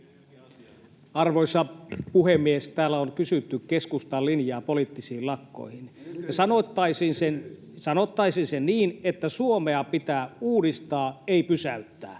Arvoisa puhemies! Täällä on kysytty keskustan linjaa poliittisiin lakkoihin. [Ben Zyskowicz: Nykyisiin, nykyisiin!] Sanoittaisin sen niin, että Suomea pitää uudistaa, ei pysäyttää.